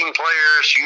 players